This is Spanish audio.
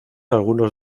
algunos